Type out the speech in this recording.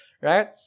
right